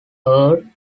ure